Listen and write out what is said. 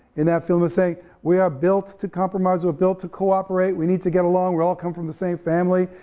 in that film we say we are built to compromise, we are built to cooperate, we need to get along, we all come from the same family,